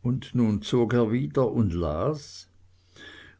und nun zog er wieder und las